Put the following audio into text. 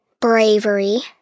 Bravery